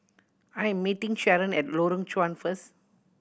I am meeting Sharon at Lorong Chuan first